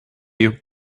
you